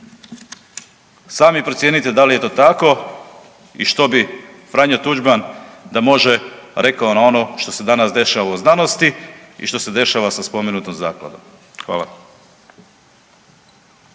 Sami procijenite dal je to tako i što bi Franjo Tuđman da može rekao na ono što se danas dešava u znanosti i što se dešava sa spomenutom zakladom. Hvala.